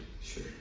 Sure